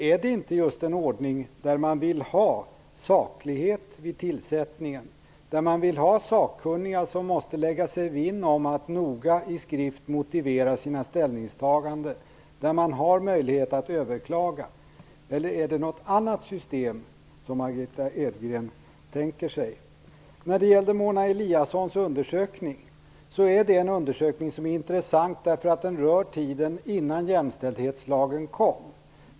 Är det inte just en ordning som innebär saklighet vid tillsättningar, att sakkunniga måste lägga sig vinn om att noga i skrift motivera sina ställningstaganden och att möjlighet finns att överklaga tillsättningar? Eller är det något annat system som Margitta Edgren tänker sig? Mona Eliassons undersökning är intressant därför att den rör tiden innan jämställdhetslagen trädde i kraft.